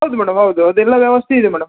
ಹೌದು ಮೇಡಮ್ ಹೌದು ಅದೆಲ್ಲ ವ್ಯವಸ್ಥೆ ಇದೆ ಮೇಡಮ್